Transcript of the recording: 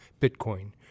Bitcoin